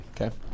Okay